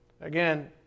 Again